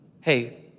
hey